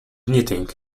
knitting